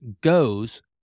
goes